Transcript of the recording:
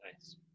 Nice